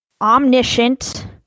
omniscient